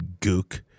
gook